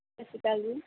ਸਤਿ ਸ਼੍ਰੀ ਅਕਾਲ ਜੀ